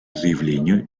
заявлению